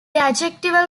adjectival